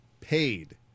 paid